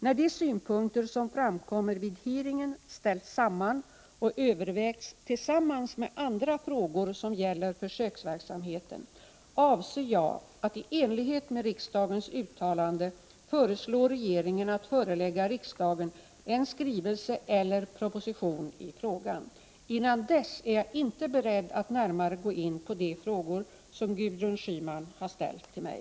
När de synpunkter som framkommer vid hearingen ställts samman och övervägts tillsammans med andra frågor som gäller försöksverksamheten, avser jag att — i enlighet med riksdagens uttalande — föreslå regeringen att förelägga riksdagen en skrivelse eller en proposition i frågan. Innan dess är jag inte beredd att närmare gå in på de frågor som Gudrun Schyman har ställt till mig.